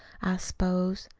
s'pose.